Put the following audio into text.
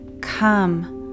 Come